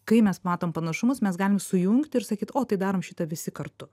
kai mes matom panašumus mes galim sujungt ir sakyt o tai darom šitą visi kartu